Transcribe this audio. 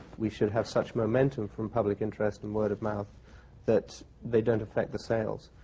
we should have such momentum from public interest and word of mouth that they don't affect the sales.